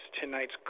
tonight's